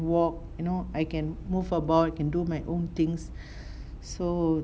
walk you know I can move about can do my own things so